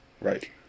Right